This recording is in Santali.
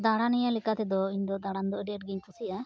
ᱫᱟᱬᱟᱱᱤᱭᱟᱹ ᱞᱮᱠᱟᱛᱮᱫᱚ ᱤᱧ ᱫᱚ ᱫᱟᱬᱟᱱ ᱟᱹᱰᱤ ᱟᱸᱴ ᱜᱮᱧ ᱠᱩᱥᱤᱭᱟᱜᱼᱟ